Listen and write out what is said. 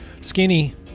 Skinny